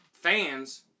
Fans